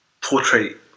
portrait